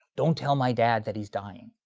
don't tell my dad that he's dying.